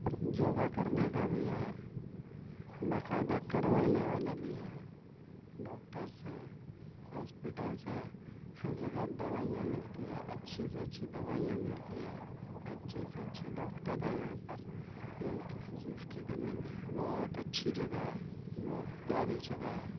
یوگا کرنے کا بھی ہے باقاعدہ کروانے والے بھی ہیں ڈاکٹرس ہیں ہاسپیٹلس ہے ہر جگہ دوائیاں ملتی ہے اچھی سے اچھی دوائیاں ملتی ہے اچھے سے اچھے ڈاکٹر ہیں یہاں پر یہاں کسی چیز کی کمی نہیں ہے بہت اچھی جگہ ہے بہت پیاری جگہ ہے